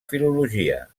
filologia